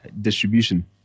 Distribution